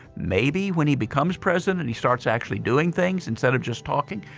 maybe when he becomes president and he starts actually doing things instead of just talking.